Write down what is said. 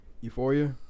euphoria